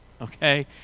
okay